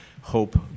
Hope